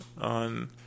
on